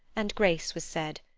and grace was said.